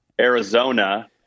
Arizona